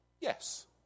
yes